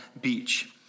Beach